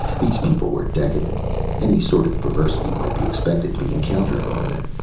these people were decadent any sort of perversity might be expected to be encountered among them.